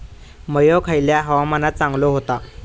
मको खयल्या हवामानात चांगलो होता?